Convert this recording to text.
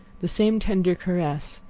the same tender caress,